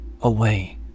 Away